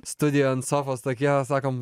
studijoj ant sofos tokie sakom